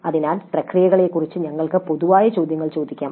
അതിനാൽ പ്രക്രിയകളെക്കുറിച്ച് ഞങ്ങൾക്ക് പൊതുവായ ചോദ്യങ്ങൾ ചോദിക്കാം